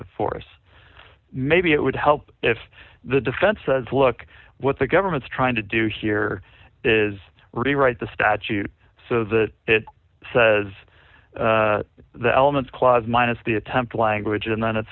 of force maybe it would help if the defense says look what the government's trying to do here is rewrite the statute so that it says the elements clause minus the attempt language and then it